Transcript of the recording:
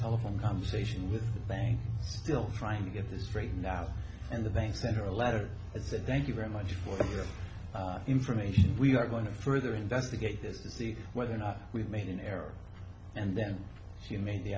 telephone conversation with banks still trying to get this straightened out and the bank sent her a letter as a thank you very much for your information we are going to further investigate this to see whether or not we made an error and then she made the